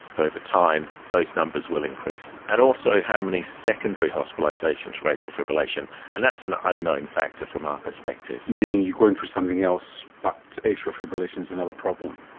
but over time those numbers will increase. and also how many secondary hospitalisations for atrial fibrillation, and that's an unknown factor from our perspective. meaning you go in for something else but atrial fibrillation is another problem.